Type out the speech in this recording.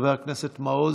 חבר הכנסת מעוז,